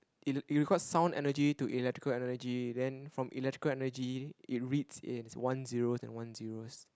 it re~ require sound energy to electrical energy then from electrical energy it reads as one zeros and one zeros